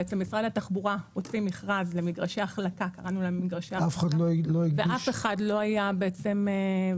משרד התחבורה הוציא מכרז למגרשי החלקה ואף אחד לא היה מעוניין,